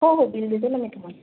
हो हो बिल देते ना मी तुम्हाला